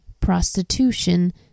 prostitution